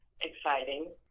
exciting